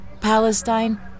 Palestine